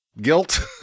guilt